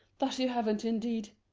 that you haven't indeed.